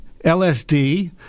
LSD